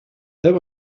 there